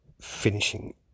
finishing